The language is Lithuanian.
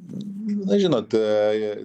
na žinot